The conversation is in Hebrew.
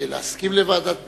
להסכים לוועדת בדיקה?